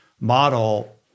model